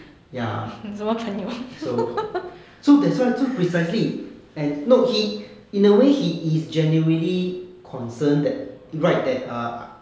ya so so that's why 就 precisely and no he in a way he is genuinely concerned that right that err